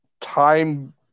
time